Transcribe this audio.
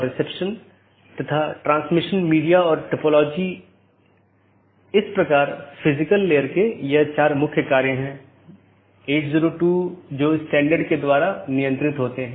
इसलिए चूंकि यह एक पूर्ण मेश है इसलिए पूर्ण मेश IBGP सत्रों को स्थापित किया गया है यह अपडेट को दूसरे के लिए प्रचारित नहीं करता है क्योंकि यह जानता है कि इस पूर्ण कनेक्टिविटी के इस विशेष तरीके से अपडेट का ध्यान रखा गया है